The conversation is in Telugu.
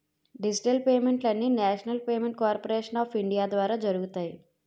డిజిటల్ పేమెంట్లు అన్నీనేషనల్ పేమెంట్ కార్పోరేషను ఆఫ్ ఇండియా ద్వారా జరుగుతాయి